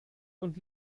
und